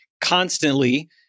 constantly